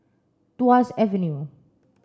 Tuas Avenue